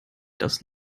das